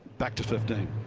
back to fifteen.